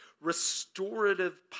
restorative